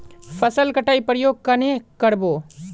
फसल कटाई प्रयोग कन्हे कर बो?